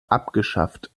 abgeschafft